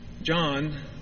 John